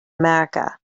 america